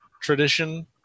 tradition